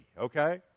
okay